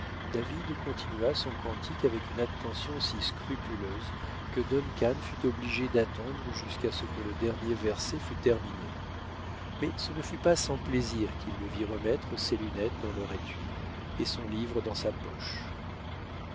david continua son cantique avec une attention si scrupuleuse que duncan fut obligé d'attendre jusqu'à ce que le dernier verset fut terminé mais ce ne fut pas sans plaisir qu'il le vit remettre ses lunettes dans leur étui et son livre dans sa poche